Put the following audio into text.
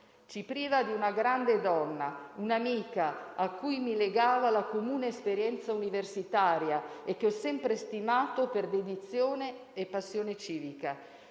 ci priva di una grande donna, un'amica, a cui mi legava la comune esperienza universitaria e che ho sempre stimato per dedizione e passione civica,